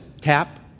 tap